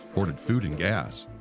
hoarded food and gas.